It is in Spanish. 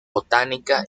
botánica